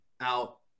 out